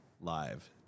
live